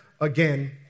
again